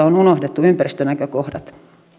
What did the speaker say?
on unohdettu ympäristönäkökohdat